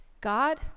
God